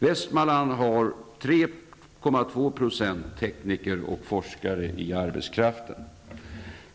Västmanland har 3,2 % tekniker och forskare i arbetskraften.